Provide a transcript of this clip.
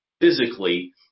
physically